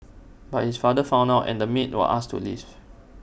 but his father found out and the maid was asked to leave